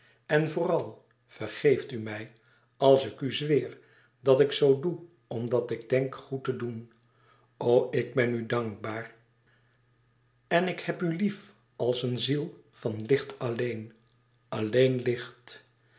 en vooral vergeeft u mij als ik u zweer dat ik zoo doe omdat ik denk goed te doen o ik ben u dankbaar en ik heb u lief als een ziel van licht alleen alleen licht